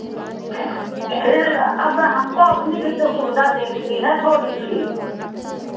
ठीक अब हमको अपनी भी तो सुविधा देखनी है थोड़ी सी